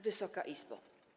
Wysoka Izbo!